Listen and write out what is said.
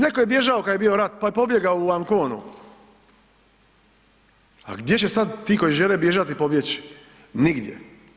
Netko je bježao kad je bio rat pa je pobjegao u Anconu, a gdje će sad ti koji žele bježati pobjeći, nigdje.